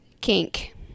kink